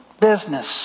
business